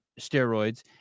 steroids